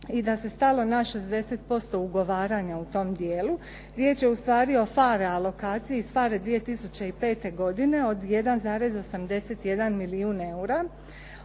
i da se stalo na 60% ugovaranja u tom dijelu. Riječ je u stvari o PHARE alokaciji, iz PHARE 2005. godine od 1,81 milijun eura.